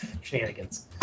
Shenanigans